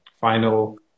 Final